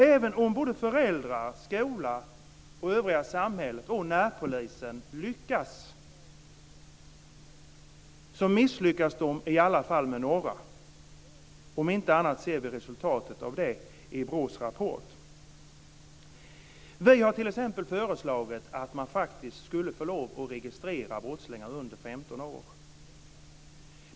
Även om såväl föräldrar som skola, övriga samhället och närpolisen lyckas så misslyckas de i alla fall med några. Om inte annat ser vi resultatet av det i Vi har t.ex. föreslagit att man skulle få registrera brottslingar under 15 år.